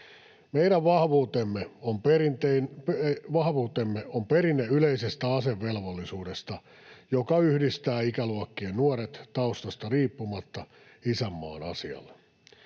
Meidän vahvuutemme on perinne yleisestä asevelvollisuudesta, joka yhdistää ikäluokkien nuoret taustasta riippumatta isänmaan asialle.